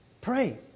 Pray